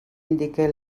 indique